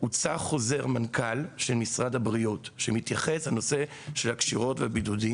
יצא חוזר מנכ"ל של משרד הבריאות שמתייחס לנושא של הקשירות והבידוד.